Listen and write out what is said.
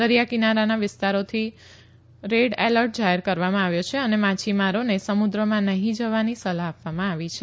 દરિયાકિનારાના વિસ્તારોથી red alert જાહેર કરવામાં આવ્યો છે અને માછીમારોને સમુદ્રમાં નહીં જવાની સલાહ આપવામાં આવી છે